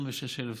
26,000 תביעות.